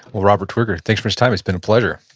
robert twigger, thanks for this time, it's been a pleasure.